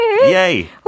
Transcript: Yay